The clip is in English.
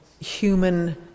human